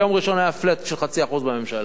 ביום ראשון היה flat של 0.5% בממשלה.